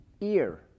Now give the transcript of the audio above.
ear